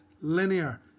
linear